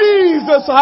Jesus